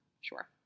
Sure